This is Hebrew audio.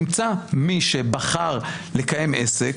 נמצא מי שבחר לקיים עסק,